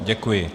Děkuji.